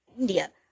India